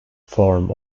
form